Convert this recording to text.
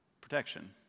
protection